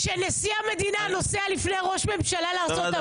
כשנשיא המדינה נוסע לפני ראש הממשלה לארצות הברית